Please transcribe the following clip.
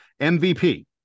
MVP